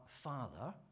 Father